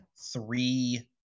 three